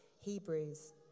Hebrews